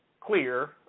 clear